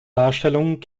darstellung